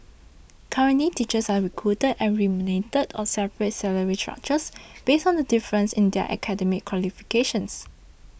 currently teachers are recruited and remunerated on separate salary structures based on the difference in their academic qualifications